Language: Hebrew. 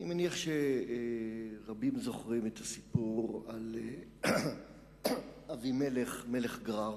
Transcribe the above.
אני מניח שרבים זוכרים את הסיפור על אבימלך מלך גרר.